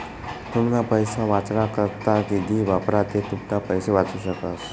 तुमना पैसा वाचाडा करता निधी वापरा ते तुमना पैसा वाचू शकस